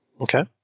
Okay